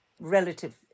relative